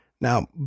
Now